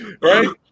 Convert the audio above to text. Right